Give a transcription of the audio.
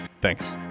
Thanks